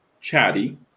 chatty